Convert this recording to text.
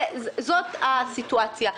זאת הסיטואציה.